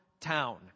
town